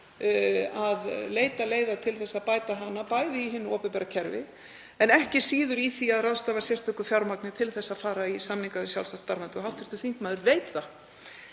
að leita leiða til að bæta hana, bæði í hinu opinbera kerfi en ekki síður í því að ráðstafa sérstöku fjármagni til að fara í samninga við sjálfstætt starfandi, og hv. þingmaður veit það.